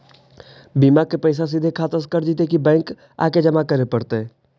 बिमा के पैसा सिधे खाता से कट जितै कि बैंक आके जमा करे पड़तै?